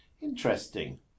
interesting